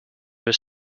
was